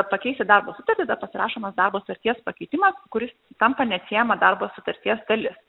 pakeisti darbo sutartį tada pasirašomas darbo sutarties pakeitimas kuris tampa neatsiejama darbo sutarties dalis